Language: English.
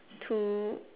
two